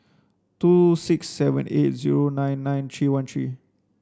two six seven eight zero nine nine three one three